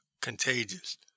contagious